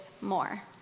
more